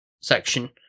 section